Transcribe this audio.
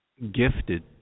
gifted